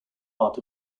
out